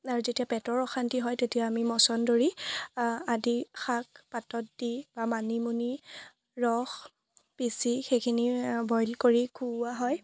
আৰু যেতিয়া পেটৰ অশান্তি হয় তেতিয়া আমি মছন্দৰী আদি শাক পাতত দি বা মানিমুনি ৰস পিচি সেইখিনি বইল কৰি খুওৱা হয়